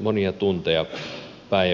monia tunteja päivässä